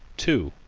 two.